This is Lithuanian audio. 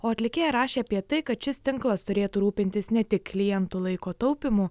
o atlikėja rašė apie tai kad šis tinklas turėtų rūpintis ne tik klientų laiko taupymu